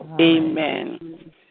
Amen